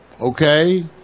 okay